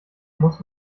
muss